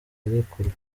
arekurwa